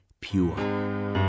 pure